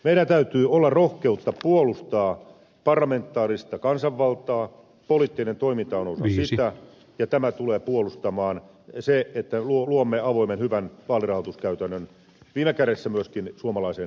meillä täytyy olla rohkeutta puolustaa parlamentaarista kansanvaltaa poliittinen toiminta on osa sitä ja se että luomme avoimen hyvän vaalirahoituskäytännön tulee puolustamaan viime kädessä myöskin suomalaisen demokratian toimivuutta